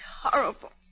horrible